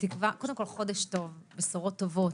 חודש טוב, בשורות טובות,